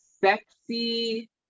sexy